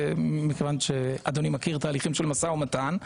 מכיוון שאדוני מכיר תהליכים של משא ומתן,